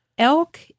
Elk